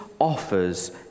offers